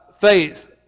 faith